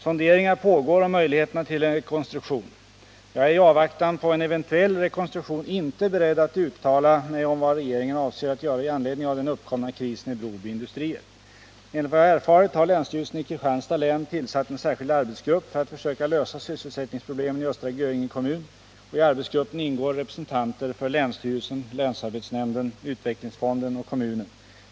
Sonderingar pågår om möjligheterna till en rekonstruktion. Jag är i avvaktan på en eventuell rekonstruktion inte beredd att uttala mig om vad regeringen avser att göra i anledning av den uppkomna krisen i Broby Industrier. Enligt vad jag erfarit har länsstyrelsen i Kristianstads län tillsatt en särskild arbetsgrupp för att försöka lösa sysselsättningsproblemen i Östra Göinge kommun. I arbetsgruppen ingår representanter för länsstyrelsen, länsarbets nämnden, utvecklingsfonden och kommunen.